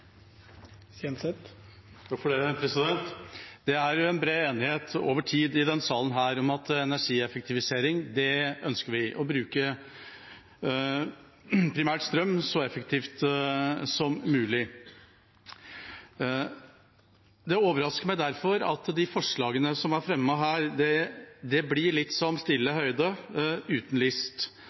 bred enighet over tid i denne salen om at vi ønsker energieffektivisering, å bruke primært strøm så effektivt som mulig. Det overrasker meg derfor at de forslagene som er fremmet her, blir litt som stille høyde uten list,